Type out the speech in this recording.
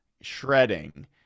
shredding